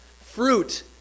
Fruit